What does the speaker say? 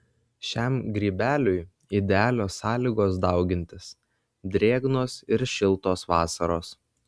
šiam grybeliui idealios sąlygos daugintis drėgnos ir šiltos vasaros